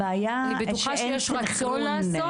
אני בטוחה שיש רצון לעשות